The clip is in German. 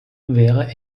wäre